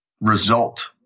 result